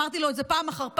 ואמרתי לו את זה פעם אחר פעם,